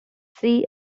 sea